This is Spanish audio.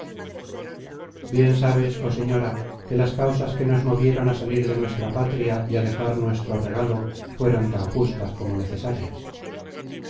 bien sabes oh señora que las causas que nos movieron á salir de nuestra patria y a dejar nuestro regalo fueron tan justas como necesarias